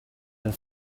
and